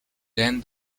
then